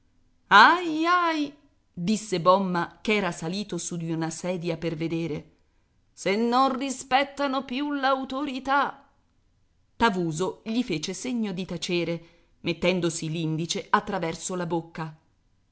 ahi disse bomma ch'era salito su di una sedia per vedere se non rispettano più l'autorità tavuso gli fece segno di tacere mettendosi l'indice attraverso la bocca